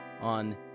on